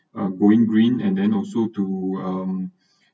uh going green and then also to um